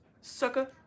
sucker